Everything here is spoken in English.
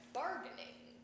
bargaining